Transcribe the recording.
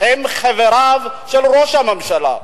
הם חבריו של ראש הממשלה?